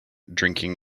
drinking